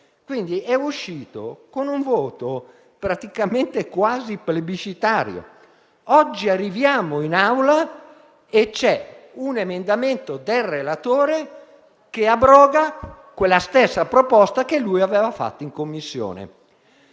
stato approvato con un voto quasi plebiscitario. Oggi arriviamo in Aula e c'è un emendamento del relatore che abroga la stessa proposta che egli aveva fatto in Commissione.